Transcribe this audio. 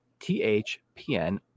THPN